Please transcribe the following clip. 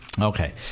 Okay